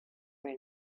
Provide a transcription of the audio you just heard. were